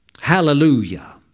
Hallelujah